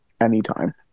anytime